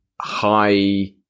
high